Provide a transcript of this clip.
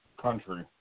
country